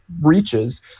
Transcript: reaches